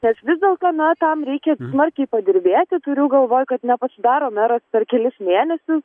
nes vis dėlto na tam reikia smarkiai padirbėti turiu galvoj kad nepasidaro meras per kelis mėnesius